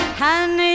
honey